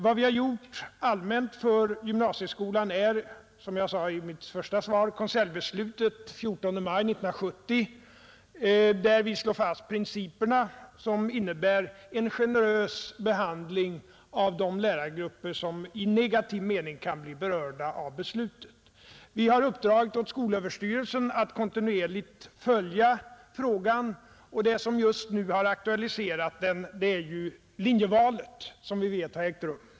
Vad vi allmänt har gjort för gymnasieskolan är, som jag sade i mitt första svar, att vi fattade ett konseljbeslut den 14 maj 1970, där vi slog fast principerna som innebär en generös behandling av de lärargrupper som i negativ mening kan bli berörda av beslutet. Vi har uppdragit åt skolöverstyrelsen att kontinuerligt följa frågan, och det som just nu har aktualiserat den är linjevalet, som vi vet har ägt rum.